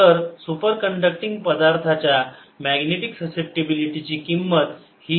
तर super conducting पदार्थाच्या magnetic susceptibility ची किंमत आहे वजा 1